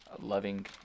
loving